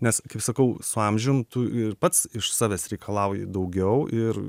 nes kaip sakau su amžium tu ir pats iš savęs reikalauji daugiau ir